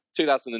2009